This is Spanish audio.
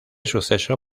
suceso